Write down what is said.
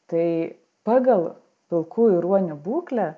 tai pagal pilkųjų ruonių būklę